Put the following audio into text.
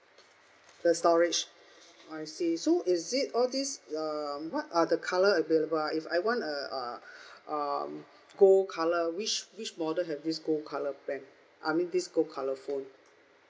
the storage I see so is it all these um what are the colour available ah if I want a uh um gold colour which which model have this gold colour plan I mean this gold colour phone